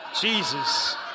Jesus